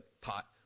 pot